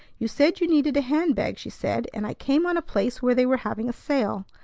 you said you needed a hand-bag, she said and i came on a place where they were having a sale.